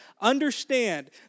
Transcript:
Understand